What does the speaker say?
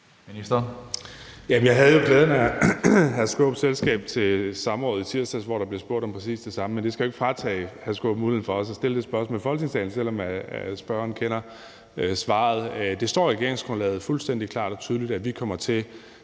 Jeg havde jo glæde af hr. Peter Skaarups selskab til samrådet i tirsdags, hvor der blev spurgt om præcis det samme, men det skal jo ikke fratage hr. Peter Skaarup muligheden for også at stille det spørgsmål